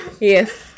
Yes